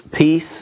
peace